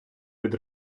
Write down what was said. від